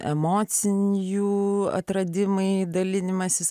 emocinių atradimai dalinimasis